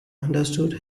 understood